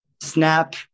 Snap